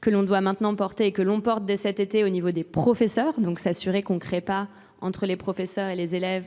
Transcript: que l'on doit maintenant porter et que l'on porte dès cet été au niveau des professeurs donc s'assurer qu'on ne crée pas entre les professeurs et les élèves